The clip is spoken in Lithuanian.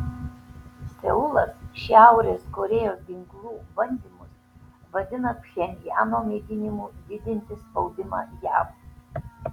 seulas šiaurės korėjos ginklų bandymus vadina pchenjano mėginimu didinti spaudimą jav